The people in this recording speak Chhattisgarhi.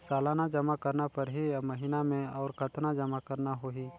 सालाना जमा करना परही या महीना मे और कतना जमा करना होहि?